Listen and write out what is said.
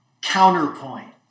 Counterpoint